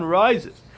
rises